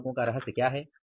उन लोगों का रहस्य क्या है